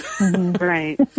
Right